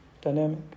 dynamic